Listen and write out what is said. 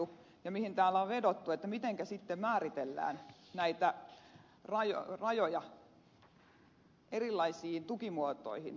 täällä on vedottu siihen mitenkä sitten määritellään näitä rajoja erilaisiin tukimuotoihin